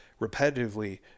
repetitively